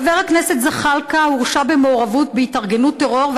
חבר הכנסת זחאלקה הורשע במעורבות בהתארגנות טרור,